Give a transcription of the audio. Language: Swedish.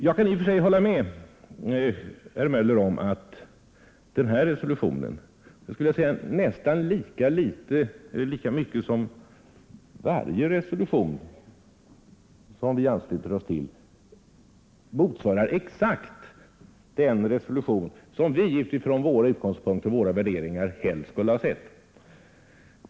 Jag kan i och för sig hålla med herr Möller om att denna resolution — liksom varje resolution, som vi ansluter oss till — inte exakt motsvarar den resolution som vi utifrån våra utgångspunkter och värderingar helst skulle ha sett.